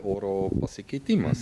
oro pasikeitimas